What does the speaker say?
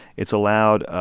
it's allowed